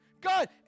God